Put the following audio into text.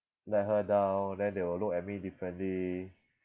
let her down then they will look at me differently